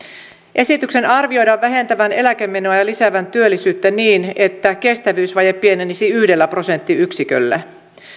esityksen arvioidaan vähentävän eläkemenoja ja lisäävän työllisyyttä niin että kestävyysvaje pienenisi yhdellä prosenttiyksiköllä